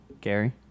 Gary